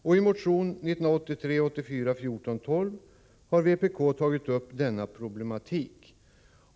I motion 1983/84:1412 har vpk tagit upp denna problematik.